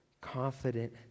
confident